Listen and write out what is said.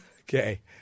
Okay